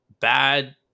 bad